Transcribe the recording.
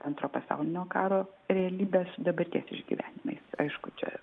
antro pasaulinio karo realybės dabarties išgyvenimai aišku čia